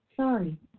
Sorry